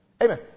Amen